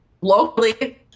locally